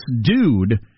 dude